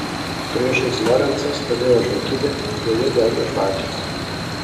priešais lorencą stovėjo žvakidė joje degė žvakės